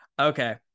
Okay